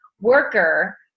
worker